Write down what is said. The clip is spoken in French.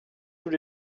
tous